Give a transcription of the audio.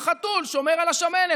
החתול שומר על השמנת.